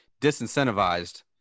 disincentivized